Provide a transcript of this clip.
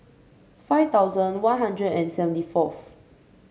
five thousand One Hundred and seventy fourth